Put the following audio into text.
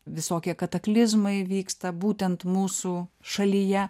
visokie kataklizmai įvyksta būtent mūsų šalyje